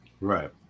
Right